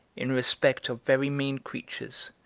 in respect of very mean creatures,